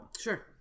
Sure